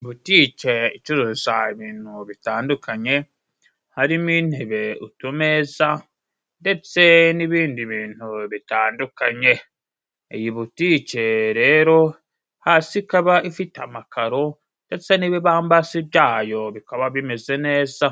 Butike icuruza ibintu bitandukanye，harimo intebe， utumeza ndetse n'ibindi bintu bitandukanye. Iyi butike rero hasi ikaba ifite amakaro， ndetse n'ibibambasi byayo bikaba bimeze neza.